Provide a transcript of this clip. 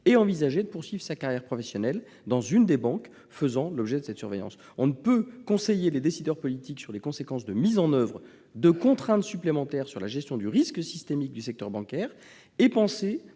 et envisager de poursuivre sa carrière professionnelle dans une des banques faisant l'objet de cette surveillance. On ne peut conseiller les décideurs politiques sur les conséquences de la mise en oeuvre de contraintes supplémentaires en matière de gestion du risque systémique du secteur bancaire et penser